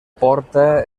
porta